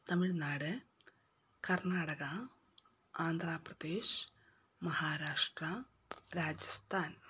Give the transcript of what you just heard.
Tamil Nadu Karnataka Andhra Pradesh Maharashtra Rajasthan